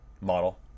model